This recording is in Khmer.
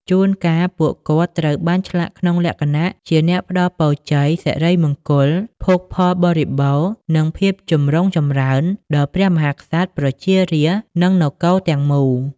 ជួនកាល ពួកគាត់ត្រូវបានឆ្លាក់ក្នុងលក្ខណៈជាអ្នកផ្ដល់ពរជ័យ សិរីមង្គល ភោគផលបរិបូរណ៍ និងភាពចម្រុងចម្រើនដល់ព្រះមហាក្សត្រ ប្រជារាស្ត្រ និងនគរទាំងមូល។